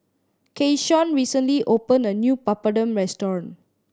Keyshawn recently opened a new Papadum restaurant